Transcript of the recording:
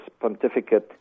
pontificate